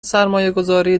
سرمایهگذاری